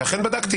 וכן בדקתי.